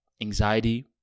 anxiety